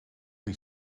die